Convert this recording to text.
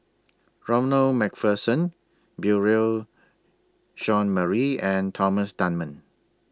Ronald MacPherson Beurel Jean Marie and Thomas Dunman